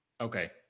Okay